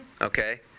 okay